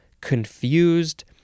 confused